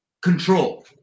control